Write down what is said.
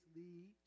lead